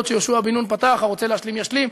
שיהושע בן נון פתח: הרוצה להשלים ישלים,